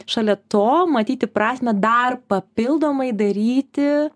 šalia to matyti prasmę dar papildomai daryti